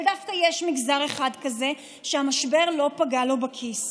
אבל דווקא יש מגזר אחד כזה שהמשבר לא פגע לו בכיס,